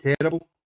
terrible